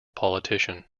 politician